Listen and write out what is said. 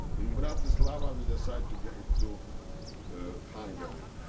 in bratislava, we decide to get to hungary.